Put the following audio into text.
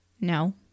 No